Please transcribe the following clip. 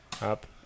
Up